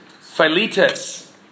Philetus